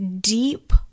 deep